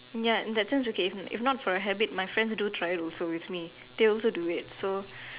ya in that sense okay if if not for a habit my friend they will try it also with me they also do it so